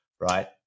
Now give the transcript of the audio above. right